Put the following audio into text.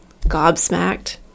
gobsmacked